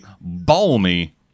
balmy